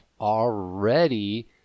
already